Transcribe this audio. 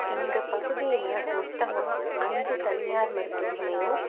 எங்கள் பகுதியில் மொத்தமாக அஞ்சு தனியார் மருத்துவமனையும்